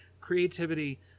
Creativity